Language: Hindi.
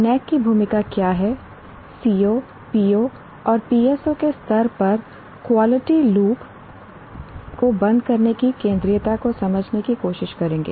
NAAC की भूमिका क्या है CO PO और PSO के स्तर पर क्वालिटी लूप को बंद करने की केंद्रीयता को समझने की कोशिश करेंगे